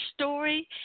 story